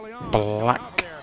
black